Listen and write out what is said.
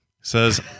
Says